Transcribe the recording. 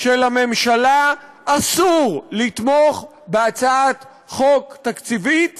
שלממשלה אסור לתמוך בהצעת חוק תקציבית